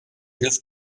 hilf